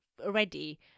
already